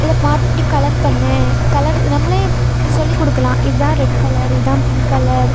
இதை பார்த்து இப்படி கலர் பண்ணு கலர் நம்மளே சொல்லிக்கொடுக்கலாம் இதுதான் ரெட் கலர் இதுதான் பிங்க் கலர்